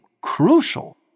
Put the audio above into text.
crucial